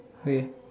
okay